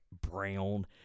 brown